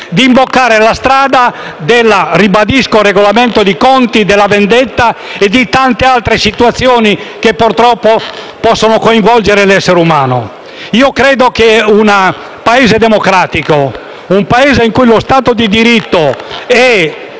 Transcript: a imboccare la strada del regolamento di conti, della vendetta e di tante altre situazioni che, purtroppo, possono coinvolgere l'essere umano. Un Paese democratico, un Paese che in cui lo Stato di diritto è